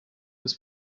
des